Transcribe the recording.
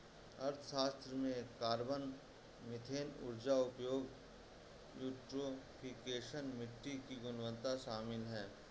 अर्थशास्त्र में carbon, methane ऊर्जा उपयोग, यूट्रोफिकेशन, मिट्टी की गुणवत्ता शामिल है